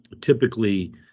typically